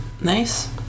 Nice